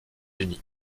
unis